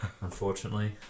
Unfortunately